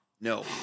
No